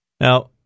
Now